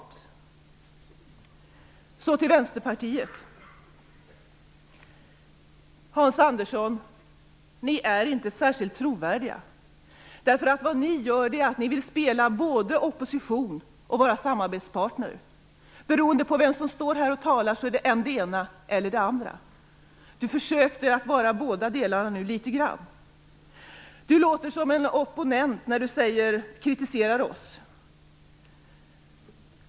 Hans Andersson och Vänsterpartiet är inte särskilt trovärdiga. Ni vill både vara i opposition och vara samarbetspartner. Beroende på vem som står här och talar, är det än det ena, än det andra. Hans Andersson försökte vara båda delarna litet grand. Han lät som en opponent när han kritiserade oss.